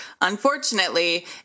unfortunately